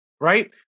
right